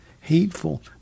hateful